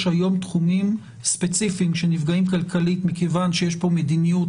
יש היום תחומים ספציפיים שנפגעים כלכלית מכיוון שיש כאן מדיניות